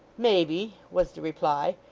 maybe, was the reply.